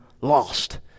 lost